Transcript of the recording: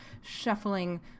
shuffling